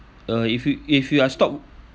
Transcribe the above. uh if you if you uh stop